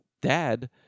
dad